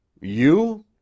You